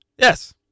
Yes